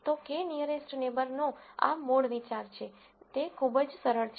તો k nearest નેબરનો આ મૂળ વિચાર છે તે ખૂબ જ સરળ છે